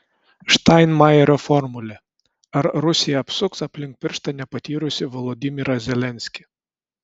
steinmeierio formulė ar rusija apsuks aplink pirštą nepatyrusį volodymyrą zelenskį